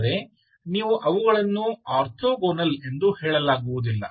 ಆದರೆ ನೀವು ಅವುಗಳನ್ನು ಆರ್ಥೋಗೋನಲ್ ಎಂದು ಹೇಳಲಾಗುವುದಿಲ್ಲ